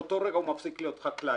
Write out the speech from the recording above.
באותו רגע הוא מפסיק להיות חקלאי,